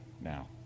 now